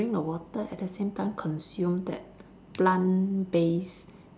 drink the water at the same time consume that plant based